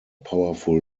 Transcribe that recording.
powerful